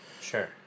sure